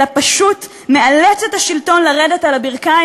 אלא פשוט מאלץ את השלטון לרדת על הברכיים,